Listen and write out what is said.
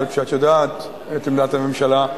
היות שאת יודעת את עמדת הממשלה,